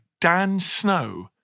DANSNOW